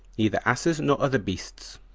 neither asses nor other beasts,